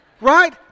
Right